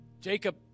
Jacob